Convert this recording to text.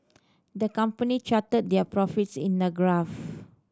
the company charted their profits in a graph